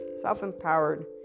self-empowered